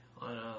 on